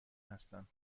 هستم